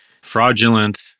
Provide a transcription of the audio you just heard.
fraudulent